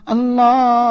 Allah